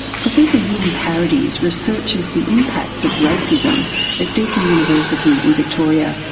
professor yin paradies researches the impacts of racism at deakin university in victoria.